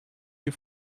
you